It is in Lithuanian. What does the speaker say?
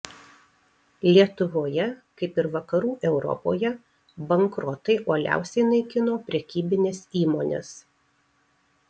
lietuvoje kaip ir vakarų europoje bankrotai uoliausiai naikino prekybines įmones